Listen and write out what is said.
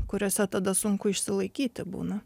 kuriose tada sunku išsilaikyti būna